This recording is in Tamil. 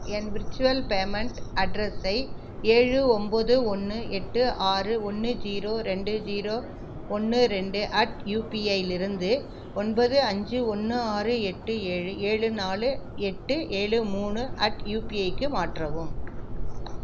என் விர்ச்சுவல் பேமெண்ட் அட்ரஸை ஏழு ஒம்பது ஒன்று எட்டு ஆறு ஒன்னு ஜீரோ ரெண்டு ஜீரோ ஒன்று ரெண்டு அட் யுபிஐலிருந்து ஒம்பது அஞ்சு ஒன்று ஆறு எட்டு ஏழு ஏழு நாலு எட்டு ஏழு மூணு அட் யூபிஐக்கு மாற்றவும்